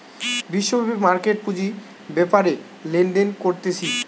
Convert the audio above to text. বিশ্বব্যাপী মার্কেট পুঁজি বেপারে লেনদেন করতিছে